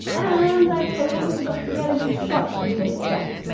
and i totally forget to get a good shot of this step.